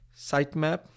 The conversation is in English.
sitemap